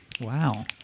Wow